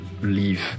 leave